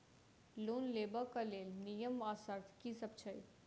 Loan लेबऽ कऽ लेल नियम आ शर्त की सब छई?